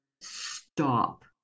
stop